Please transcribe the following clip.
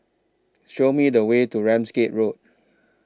Show Me The Way to Ramsgate Road